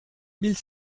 mille